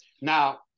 Now